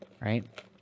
Right